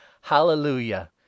Hallelujah